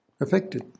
affected